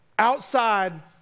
outside